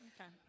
Okay